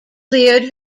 cleared